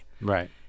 Right